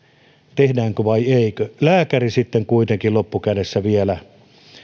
tehdäänkö vai eikö lääkäri sitten kuitenkin loppukädessä vielä